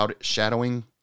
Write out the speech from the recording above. shadowing